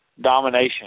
domination